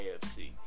AFC